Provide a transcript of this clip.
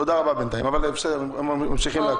תודה רבה בינתיים, ממשיכים להקשיב.